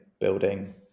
building